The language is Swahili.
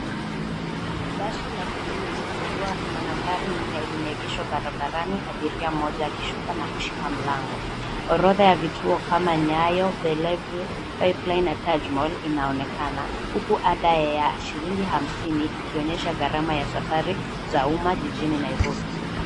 Basi la blue likiwa na nambari nne limeegeshaw barabarani. Abiria mmoja akishuka na kushika mlango. Orodha ya vituo kama Nyayo, Bellevue, Pipeline na Tajmall inaonekana huku ada ya shilingi hamsini ikionyesha gharama ya safari za umma jijini Nairobi.